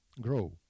grow